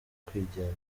kwizigamira